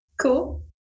Cool